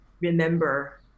remember